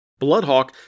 Bloodhawk